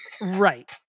right